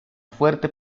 fuerte